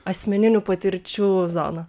asmeninių patirčių zoną